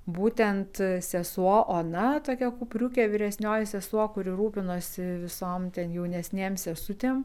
būtent sesuo ona tokia kupriukė vyresnioji sesuo kuri rūpinosi visom ten jaunesnėm sesutėm